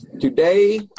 today